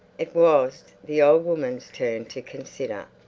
it was the old woman's turn to consider.